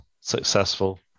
successful